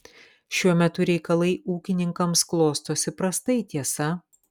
šiuo metu reikalai ūkininkams klostosi prastai tiesa